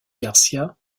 garcía